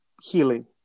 healing